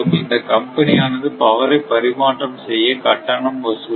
இந்த கம்பெனி ஆனது பவரை பரிமாற்றம் செய்ய கட்டணம் வசூலிக்கும்